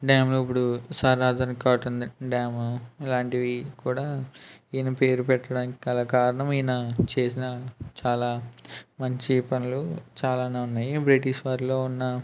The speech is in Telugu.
డామ్లు ఇప్పుడు సర్ ఆర్థర్ కాటన్ డాము ఇలాంటివి కూడా ఈయన పేరు పెట్టడానికి గల కారణం ఈయన చేసిన చాలా మంచి పనులు చాలానే ఉన్నాయి బ్రిటిష్ వారిలో ఉన్న